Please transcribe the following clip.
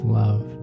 love